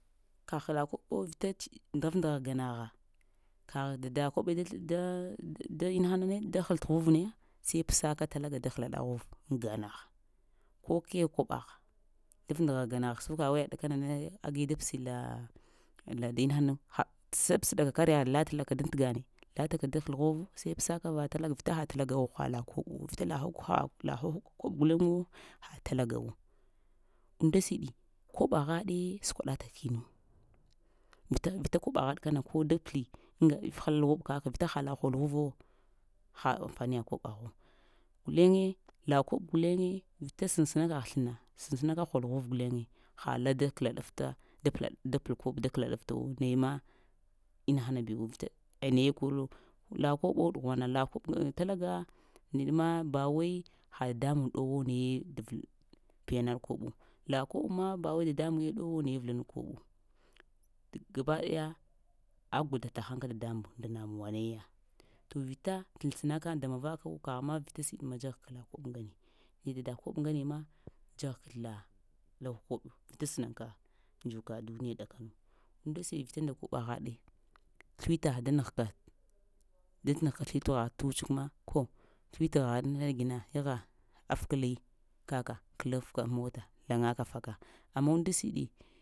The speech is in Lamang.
Kagh la koɓo vita ta ndaf ndgha ganagha kagh dada koɓe da-da inahana ne da-hal tə ghuv na, sai pəsaka talaga da həlaɗa ghuv aŋ ganagh, ko kegh koɓagha ndaf-ndgha ganagh sokawe kəɗakana na agi da pəs la-la da inahana ha to sabsəɗaka kariya latalaka daŋ gane lataka da həl ghuv sai pəsaka va talaga vita ha talagawo haɗ la koɓu vita koɓ guleŋewo ha talagawo, unnda siɗi koɓagha ɗe səkwaɗa ta innu, vita-vita koɓaghad kana ko da pəli ayga if halo vita ha la hol ghuvuwo ha aŋfaniya koɓaghwo, guleye la koɓ guleŋe vita sansəana kəgh tə sləna, saŋsənaka hol ghuv guleŋe ha la da kəlaɗafta da pəla-da pəl-kob da kəlaɗaftawo, naya ma inahana beɗuwo, vita aya naye korulo, la koɓo ɗughwana, la kob. Talaga neɗ ma ba wai ha dadambuŋ ɗowuwo da val piyanaɗ koɓwo la koɓ ma ba wai dadambuŋe dowo naye vəlanuɗ koɓ tə gaba ɗaya a gwada təhaŋ ka dadambun nda namuwa naye ya, to vita saŋsənaka damavaku kaghe ma vita siɗ ma dzaghaka kala koɓ ŋgane nəɗ dada koɓ ggane ma dzagha kala la koɓ vita sənaŋka dzuka duniya ɗakanu, unnda siɗ vita nda kobə ghaɗe, sləwitgha da nəghka da nəghka sləwitghagh tə wutsukma ko sləwitgha ɗe gina yagha afkəli kaka kəlafka aŋ mota layaka faka amma unnda siɗi.